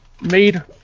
made